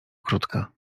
krótka